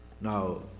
Now